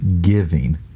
giving